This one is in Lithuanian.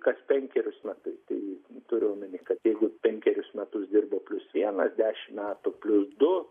kas penkerius metus tai turiu omeny kad jeigu penkerius metus dirbo plius vienas dešimt metų plius du